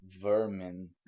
vermin